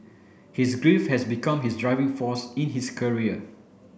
his grief has become his driving force in his career